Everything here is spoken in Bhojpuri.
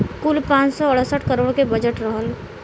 कुल पाँच सौ अड़सठ करोड़ के बजट रहल